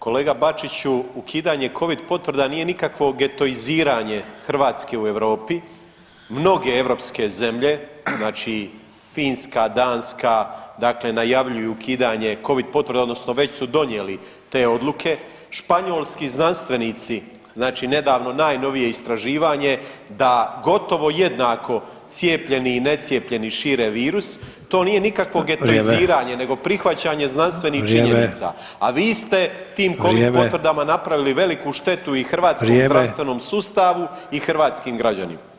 Kolega Bačiću, ukidanje Covid potvrda nije nikakvo getoiziranje Hrvatske u Europi, mnoge europske zemlje, znači Finska, Danska dakle najavljuju ukidanje Covid potvrda, odnosno već su donijeli te odluke, Španjolski znanstvenici, znači nedavno najnovije istraživanje da gotovo jednako cijepljeni i necijepljeni šire virus, to nije nikakvo getoiziranje [[Upadica: Vrijeme.]] nego prihvaćanje znanstvenih činjenica [[Upadica: Vrijeme.]] a vi ste tim Covid potvrdama [[Upadica: Vrijeme.]] napravili veliku štetu i hrvatskom zdravstvenom [[Upadica: Vrijeme.]] sustavu i hrvatskim građanima.